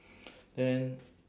then